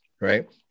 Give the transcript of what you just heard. right